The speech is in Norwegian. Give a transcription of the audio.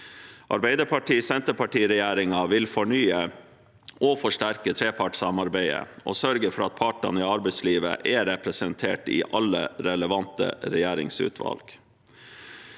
Arbeiderparti–Senterparti-regjeringen vil fornye og forsterke trepartssamarbeidet og sørge for at partene i arbeidslivet er representert i alle relevante regjeringsutvalg.